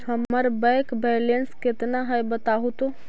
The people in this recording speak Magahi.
हमर बैक बैलेंस केतना है बताहु तो?